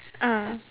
ah